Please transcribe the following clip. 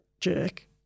jerk